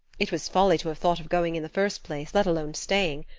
it was folly to have thought of going in the first place, let alone staying.